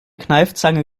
kneifzange